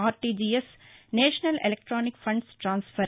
RTGS national electronic funds transfer